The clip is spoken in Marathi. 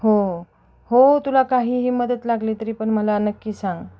हो हो तुला काहीही मदत लागली तरी पण मला नक्की सांग